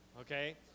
okay